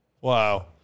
Wow